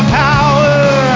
power